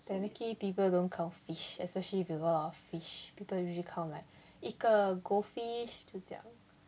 technically people don't count fish especially if you got a lot of fish people usually count like 一个 goldfish 就这样